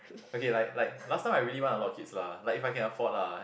okay like like last time I really want a lot of kids lah like if I can afford lah